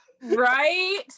right